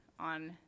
On